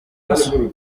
nzu